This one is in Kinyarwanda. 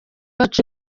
wacu